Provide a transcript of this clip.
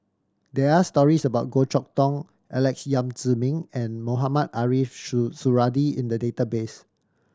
there are stories about Goh Chok Tong Alex Yam Ziming and Mohamed Ariff Suradi in the database